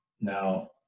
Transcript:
Now